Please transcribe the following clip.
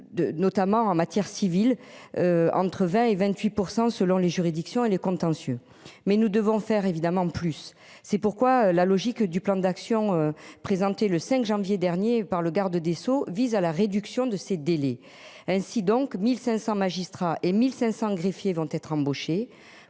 notamment en matière civile. Entre 20 et 28% selon les juridictions et les contentieux mais nous devons faire évidemment plus. C'est pourquoi la logique du plan d'action présenté le 5 janvier dernier par le garde des Sceaux vise à la réduction de ces délais. Ainsi donc 1500 magistrats et 1500 greffiers vont être embauchés